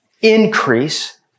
increase